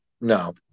No